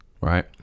right